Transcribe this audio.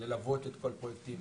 ללוות את כל הפרויקטים.